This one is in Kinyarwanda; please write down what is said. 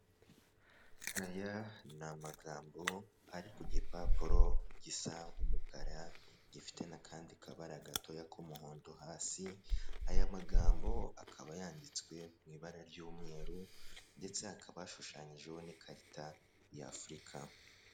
Aya ni amagambo ari ku gipapuro gisa umukara gifite n'akandi kabara gatoya k'umuhondo hasi, aya magambo akaba yanditswe mu ibara ry'umweru ndetse hakaba hashushanyijeho n'ikarita ya Afurika.